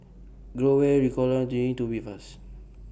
Growell Ricola G Tubifast